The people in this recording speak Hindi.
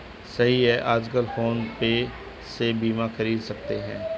सही है आजकल फ़ोन पे से बीमा ख़रीद सकते हैं